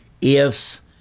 ifs